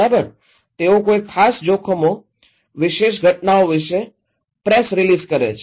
બરાબર તેઓ કોઈ ખાસ જોખમો વિશેષ ઘટનાઓ વિશે પ્રેસ રિલીઝ કરે છે